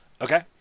Okay